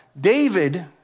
David